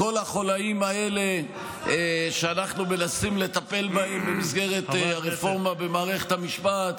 כל החוליים האלה שאנחנו מנסים לטפל בהם במסגרת הרפורמה במערכת המשפט,